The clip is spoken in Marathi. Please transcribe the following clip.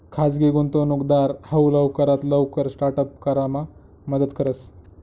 खाजगी गुंतवणूकदार हाऊ लवकरात लवकर स्टार्ट अप करामा मदत करस